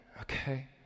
Okay